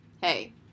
hey